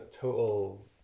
total